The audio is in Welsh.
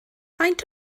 faint